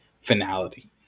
finality